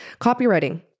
Copywriting